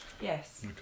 yes